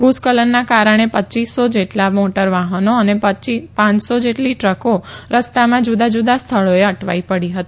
ભુસ્ખલનના કારણે પચ્યીસો જેટલા મોટર વાહનો અને પાંચસો જેટલી ટ્રકો રસ્તામાં જુદા જુદા સ્થળોએ અટવાઈ પડી હતી